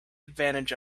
advantage